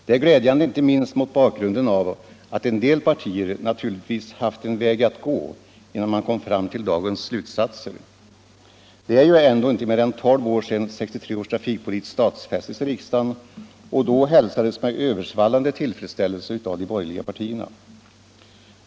Det är glädjande inte minst mot bakgrunden av att en del partier naturligtvis haft en väg att gå innan de kom fram till dagens slutsatser. Det är ju ändå inte mer än tolv år sedan 1963 års traikpolitik stadfästes i riksdagen och då hälsades med översvallande tillfredsställelse av de borgerliga partierna.